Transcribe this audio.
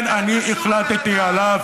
זה לא קשור לבן אדם.